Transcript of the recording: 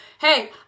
hey